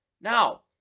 now